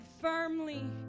firmly